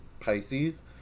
Pisces